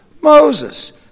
Moses